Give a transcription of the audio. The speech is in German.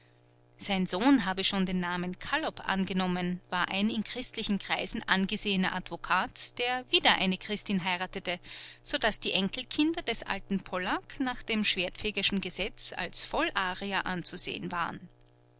sein sohn habe schon den namen kallop angenommen war ein in christlichen kreisen angesehener advokat der wieder eine christin heiratete so daß die enkelkinder des alten pollak nach dem schwertfegerschen gesetz als vollarier anzusehen waren